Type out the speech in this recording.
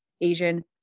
Asian